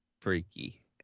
freaky